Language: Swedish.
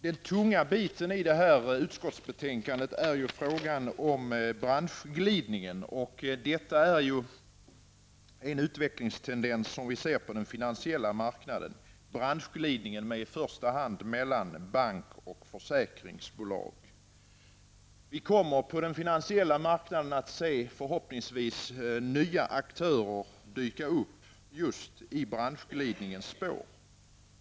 Den tunga delen av detta utskottsbetänkande gäller frågan om branschglidningen. Detta är en utvecklingstendens som vi ser på den finansiella marknaden. I första hand sker branschglidningen mellan banker och försäkringsbolag. Vi kommer förhoppningsvis att på den finansiella marknaden se nya aktörer dyka upp just i branschglidningens spår.